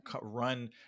run